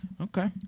Okay